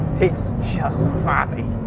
it's just fabby.